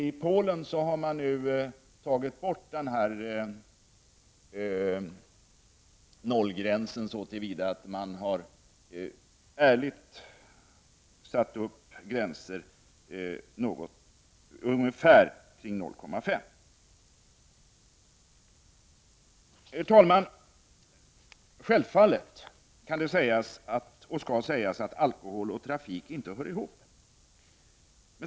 I Polen har man tagit bort den här nollgränsen så till vida att man ärligt satt upp gränser kring 0,5 9oo. Herr talman! Självfallet kan det och skall det sägas att alkohol och trafik inte hör ihop.